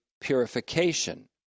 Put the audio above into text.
purification